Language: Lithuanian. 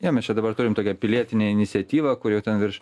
jo mes čia dabar turim tokią pilietinę iniciatyvą kur jau ten virš